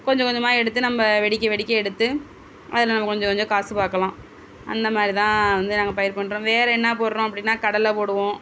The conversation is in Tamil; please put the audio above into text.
கொஞ்சம் கொஞ்சமாக எடுத்து நம்ம வெடிக்க வெடிக்க எடுத்து அதில் நம்ம கொஞ்சம் கொஞ்சம் காசு பார்க்கலாம் அந்த மாதிரி தான் வந்து நாங்கள் பயிர் பண்ணுறோம் வேறு என்ன போடுறோம் அப்படின்னா கடலை போடுவோம்